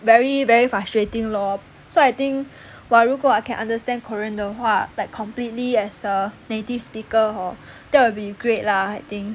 very very frustrating lor so I think !wah! 如果 I can understand korean 的话 like completely as a native speaker hor that will be great lah I think